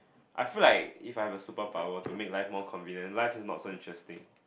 I feel like if I'm a superpower to make life more convenient life is not so interesting